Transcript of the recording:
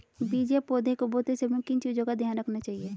बीज या पौधे को बोते समय किन चीज़ों का ध्यान रखना चाहिए?